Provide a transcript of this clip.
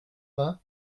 vingt